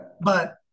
But-